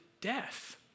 death